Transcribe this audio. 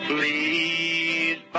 Please